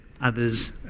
others